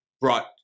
brought –